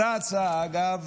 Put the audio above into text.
אותה הצעה, אגב,